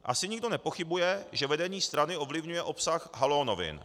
Asi nikdo nepochybuje, že vedení strany ovlivňuje obsah Haló novin.